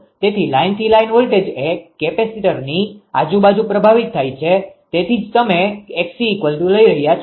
તેથી લાઇનથી line voltage એ કેપેસિટરની આજુ બાજુ પ્રભાવિત થાય છે તેથી જ તમે 𝑋𝐶 લઈ રહ્યા છો